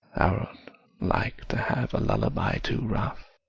like to have a lullaby too rough